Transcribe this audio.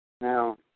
Now